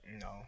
no